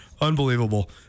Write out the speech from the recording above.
Unbelievable